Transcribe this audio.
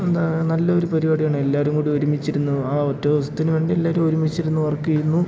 എന്താ നല്ലൊരു പരിപാടിയാണ് എല്ലാവരും കൂടി ഒരുമിച്ചിരുന്ന് ആ ഒറ്റ ദിവസത്തിനുവേണ്ടി എല്ലാവരും ഒരുമിച്ചിരുന്നു വർക്ക് ചെയ്യുന്നു